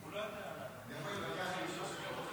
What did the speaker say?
--- היא הלכה להתווכח עם --- לא,